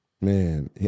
man